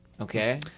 Okay